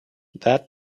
that